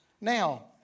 now